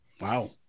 Wow